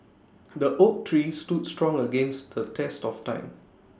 the oak tree stood strong against the test of time